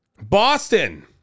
boston